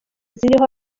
ziriho